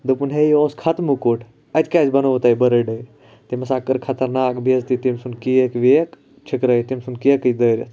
دوٚپُن ہے یہِ اوس خَتمہٕ کُٹھ اَتہِ کیاز بَنووٕ تۄہہِ بٔرتھ ڈے تٔمۍ ہَسا کٔر خَطَرناک بےعِزتی تٔمۍ ژھُن کیک ویک چھکرٲیتھ تمۍ ژھُن کیکٕے دٲرِتھ